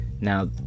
Now